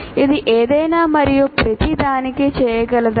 ఇది ఏదైనా మరియు ప్రతిదానికీ చేయగలదా